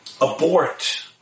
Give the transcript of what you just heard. abort